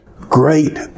great